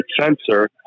sensor